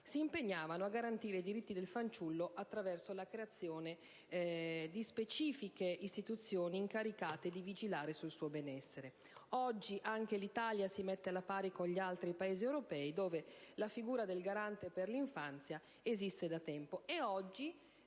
si impegnavano a garantire i diritti del fanciullo attraverso la creazione di specifiche istituzioni incaricate di vigilare sul suo benessere. Oggi anche l'Italia si mette alla pari con gli altri Paesi europei, in cui la figura del garante per l'infanzia esiste da tempo.